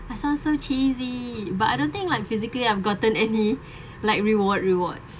I sound so cheesy but I don't think like physically I've gotten any like reward rewards